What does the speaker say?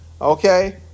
Okay